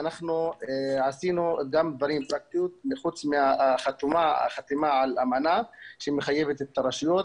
אנחנו עשינו גם דברים פרקטיים חוץ מהחתימה על אמנה שמחייבת את הרשויות.